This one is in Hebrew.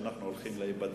אמנות האיזון בין דעות,